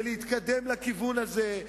ולהתקדם לכיוון הזה,